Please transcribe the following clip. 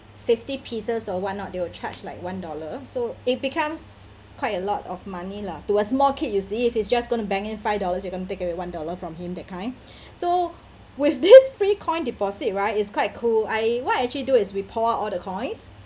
fifty pieces or whatnot they will charge like one dollar so it becomes quite a lot of money lah to a small kid you see if he's just gonna bank in five dollars you gonna take it one dollar from him that kind so with this free coin deposit right it's quite cool I what I actually do is we pour out all the coins